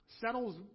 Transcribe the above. settles